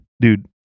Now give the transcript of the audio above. dude